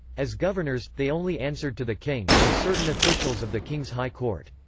as governors, they only answered to the king, and certain officials of the king's high court.